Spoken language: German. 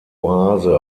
oase